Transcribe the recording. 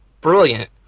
brilliant